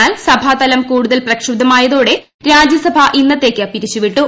എന്നാൽ സഭാതലം കൂടുതൽ പ്രക്ഷുബ്ധമായതോടെ രാജ്യസഭ ഇന്നത്തേയ്ക്ക് പിരിച്ചുവിട്ടു